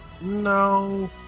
No